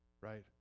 Right